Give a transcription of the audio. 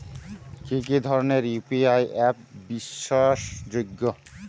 কি কি ধরনের ইউ.পি.আই অ্যাপ বিশ্বাসযোগ্য?